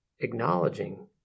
acknowledging